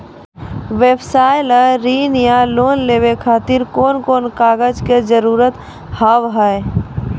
व्यवसाय ला ऋण या लोन लेवे खातिर कौन कौन कागज के जरूरत हाव हाय?